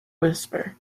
whisper